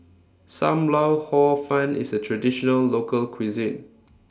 SAM Lau Hor Fun IS A Traditional Local Cuisine